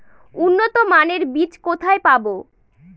উন্নতমানের বীজ কোথায় পাব?